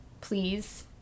please